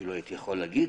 אפילו הייתי יכול להגיד.